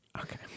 Okay